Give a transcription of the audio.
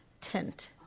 tent